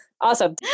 awesome